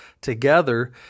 together